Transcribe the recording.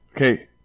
okay